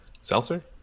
seltzer